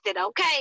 okay